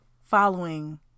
following